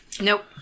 nope